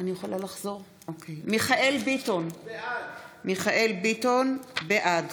מיכאל מרדכי ביטון, בעד